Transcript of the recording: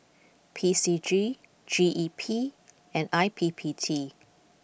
P C G G E P and I P P T